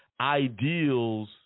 ideals